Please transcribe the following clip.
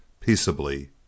Peaceably